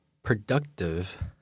productive